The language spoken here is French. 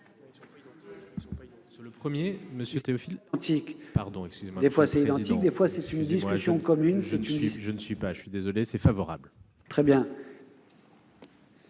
...